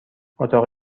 اتاق